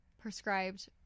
prescribed